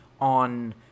on